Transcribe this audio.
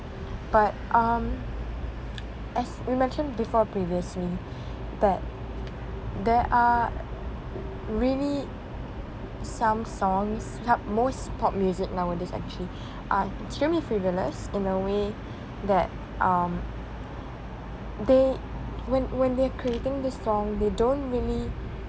but um as you mentioned before previously that there are really some songs most pop music lah on this actually uh extremely frivolous in a way that um they when when they are creating this song they don't really